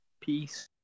Peace